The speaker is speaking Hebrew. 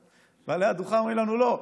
בעלי הדוכן אומרים לנו: לא,